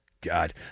God